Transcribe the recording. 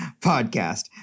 podcast